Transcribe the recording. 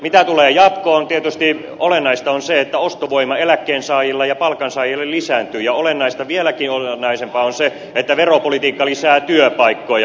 mitä tulee jatkoon tietysti olennaista on se että ostovoima eläkkeensaajilla ja palkansaajilla lisääntyy ja vieläkin olennaisempaa on se että veropolitiikka lisää työpaikkoja